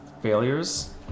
failures